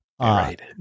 Right